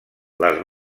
les